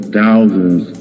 thousands